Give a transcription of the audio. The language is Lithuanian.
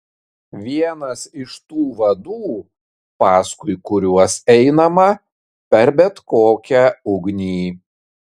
vienas iš tų vadų paskui kuriuos einama per bet kokią ugnį